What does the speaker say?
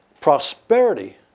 prosperity